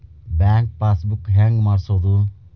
Bank passbook ಹೆಂಗ್ ಮಾಡ್ಸೋದು?